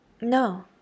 No